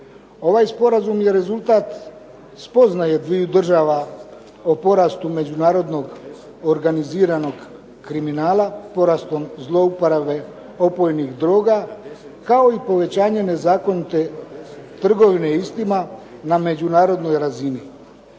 Ovaj sporazum je rezultat spoznaje dviju država o porastu međunarodnog organiziranog kriminala porastom zlouporabe opojnih droga, kao i povećanje nezakonite trgovine istima na međunarodnoj razini.